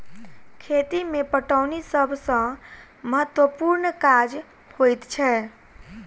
खेती मे पटौनी सभ सॅ महत्त्वपूर्ण काज होइत छै